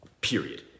Period